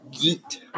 Geet